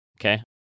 Okay